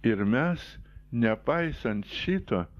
ir mes nepaisant šito